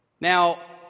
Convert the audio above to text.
Now